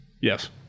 Yes